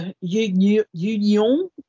Union